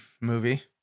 movie